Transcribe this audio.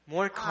More